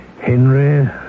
Henry